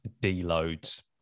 D-Load's